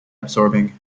absorbing